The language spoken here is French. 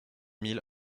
mille